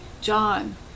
John